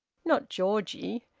not georgie?